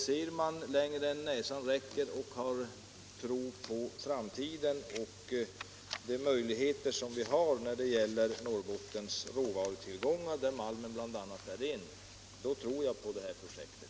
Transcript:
Ser man längre än näsan räcker och har tro på framtiden och de möjligheter vi har när det gäller Norrbottens råvarutillgångar, där malmen utgör en del — då tror man på det här projektet.